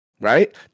Right